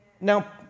Now